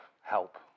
help